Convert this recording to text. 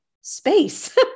space